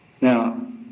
Now